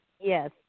Yes